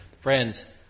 Friends